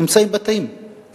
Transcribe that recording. נמצאים בבתים,